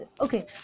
okay